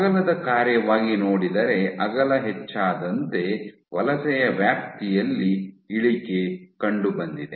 ಅಗಲದ ಕಾರ್ಯವಾಗಿ ನೋಡಿದರೆ ಅಗಲ ಹೆಚ್ಚಾದಂತೆ ವಲಸೆಯ ವ್ಯಾಪ್ತಿಯಲ್ಲಿ ಇಳಿಕೆ ಕಂಡುಬಂದಿದೆ